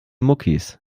muckis